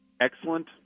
excellent